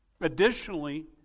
Additionally